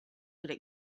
could